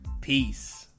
peace